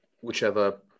whichever